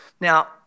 Now